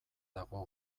dago